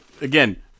again